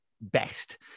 best